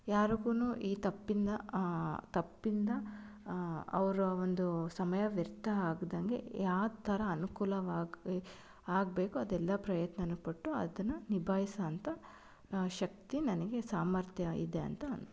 ಯಾರುಗು ಈ ತಪ್ಪಿಂದ ತಪ್ಪಿಂದ ಅವರ ಒಂದು ಸಮಯ ವ್ಯರ್ಥ ಆಗದಂಗೆ ಆ ಥರ ಅನುಕೂಲವಾಗಿ ಆಗ್ಬೇಕು ಅದೆಲ್ಲ ಪ್ರಯತ್ನನೂ ಪಟ್ಟು ಅದನ್ನ ನಿಭಾಯ್ಸೋ ಅಂಥ ಶಕ್ತಿ ನನಗೆ ಸಾಮರ್ಥ್ಯ ಇದೆ ಅಂತ